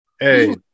Hey